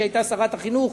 כשהיא היתה שרת החינוך,